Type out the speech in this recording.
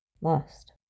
Lost